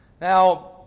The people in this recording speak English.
Now